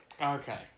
Okay